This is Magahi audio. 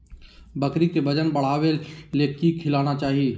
बकरी के वजन बढ़ावे ले की खिलाना चाही?